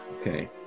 Okay